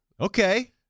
Okay